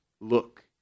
look